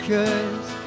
Cause